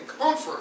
comfort